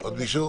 מישהו?